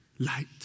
Light